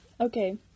okay